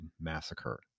massacre